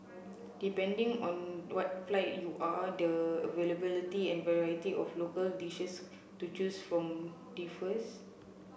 depending on what flight you are the availability and variety of local dishes to choose from differs